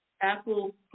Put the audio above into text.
Apple